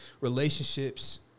relationships